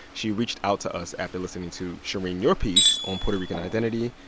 she reached out to us after listening to, shereen, your piece on puerto rican identity.